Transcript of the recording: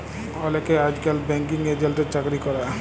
অলেকে আইজকাল ব্যাঙ্কিং এজেল্টের চাকরি ক্যরে